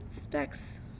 specs